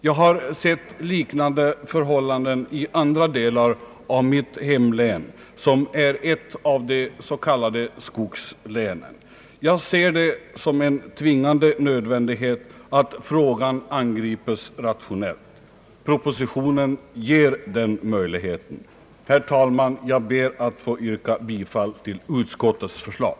Jag har sett liknande förhållanden i andra delar av mitt hemlän, som är ett av de s.k. skogslänen. Jag betraktar det som en tvingande nödvändighet att frågan angrips rationellt. Propositionen ger den möjligheten. Herr talman! Jag ber att få yrka bifall till utskottets förslag.